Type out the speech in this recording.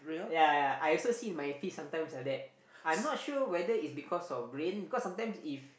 ya ya I also see my fish sometimes like that I not sure whether is because of rain because sometimes if